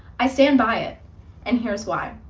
i stand by it and here's why.